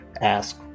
ask